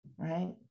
right